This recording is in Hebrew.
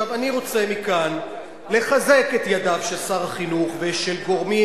אני רוצה מכאן לחזק את ידיהם של שר החינוך ושל גורמי